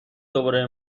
دوباره